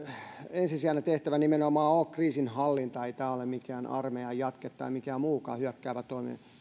ensisijainen tehtävä nimenomaan ole kriisinhallinta ei tämä ole mikään armeijan jatke tai mikään muukaan hyökkäävä toimija